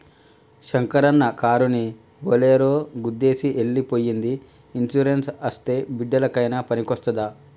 శంకరన్న కారుని బోలోరో గుద్దేసి ఎల్లి పోయ్యింది ఇన్సూరెన్స్ అస్తే బిడ్డలకయినా పనికొస్తాది